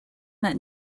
that